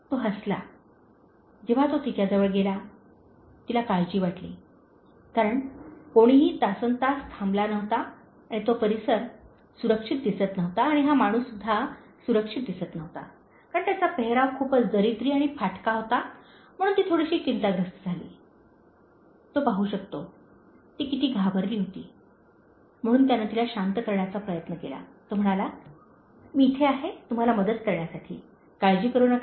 तो हसला जेव्हा तो तिच्याजवळ गेला तिला काळजी वाटली कारण कोणीही तासन्तास थांबला नव्हता आणि तो परिसर सुरक्षित दिसत नव्हता आणि हा माणूससुद्धा सुरक्षित दिसत नव्हता कारण त्याचा पेहराव खूपच दरिद्री आणि फाटका होता म्हणून ती थोडीशी चिंताग्रस्त झाली तो पाहू शकतो ती किती घाबरली होती म्हणून त्याने तिला शांत करण्याचा प्रयत्न केला तो म्हणाला "मी येथे आहे तुम्हाला मदत करण्यासाठी काळजी करू नका